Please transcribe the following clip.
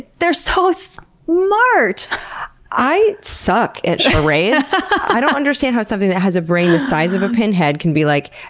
they're sooo so so like smart i suck at charades. i don't understand how something that has a brain the size of a pinhead can be like,